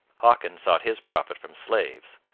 hawkins sought his profit from slaves.